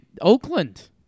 Oakland